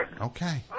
Okay